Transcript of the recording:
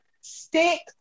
stick